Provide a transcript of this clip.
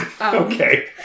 Okay